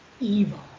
evil